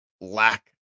lack